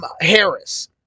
Harris